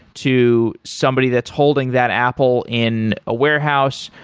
to somebody that's holding that apple in a warehouse,